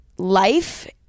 life